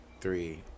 Three